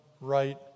right